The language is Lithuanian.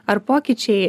ar pokyčiai